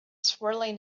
swirling